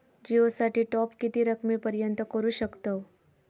जिओ साठी टॉप किती रकमेपर्यंत करू शकतव?